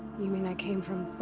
you mean i came from.